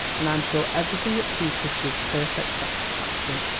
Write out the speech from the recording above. and i'm sure everything at cooper's gives perfect satisfaction.